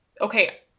Okay